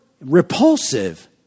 repulsive